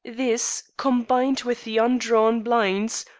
this, combined with the undrawn blinds,